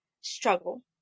struggle